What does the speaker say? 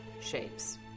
shapes